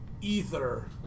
Ether